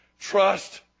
trust